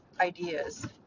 ideas